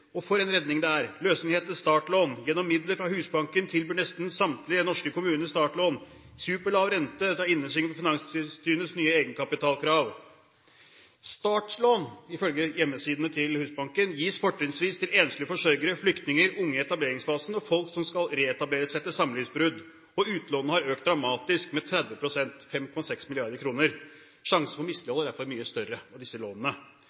og for en redning det er. Løsningen heter Startlån. Gjennom midler fra Husbanken tilbyr nesten samtlige norske kommuner startlån. I tillegg til superlav rente tar du innersvingen på Finanstilsynets nye egenkapitalkrav.» Startlån gis ifølge hjemmesidene til Husbanken fortrinnsvis til enslige forsørgere, flyktninger, unge i etableringsfasen og folk som skal reetableres etter samlivsbrudd, og utlånene har økt dramatisk med 30 pst. – 5,6 mrd. kr. Sjansen for mislighold er derfor mye større med disse lånene.